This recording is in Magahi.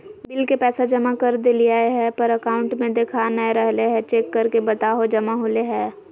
बिल के पैसा जमा कर देलियाय है पर अकाउंट में देखा नय रहले है, चेक करके बताहो जमा होले है?